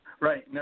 Right